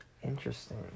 Interesting